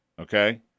Okay